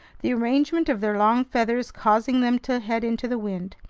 the arrangement of their long feathers causing them to head into the wind.